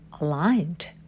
aligned